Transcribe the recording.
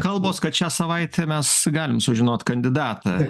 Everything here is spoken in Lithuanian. kalbos kad šią savaitę mes galime sužinot kandidatą